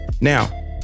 Now